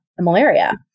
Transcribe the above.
malaria